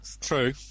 True